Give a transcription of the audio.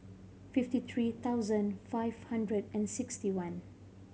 fifty three thousand five hundred and sixty one